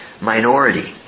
minority